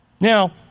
Now